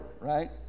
right